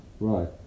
Right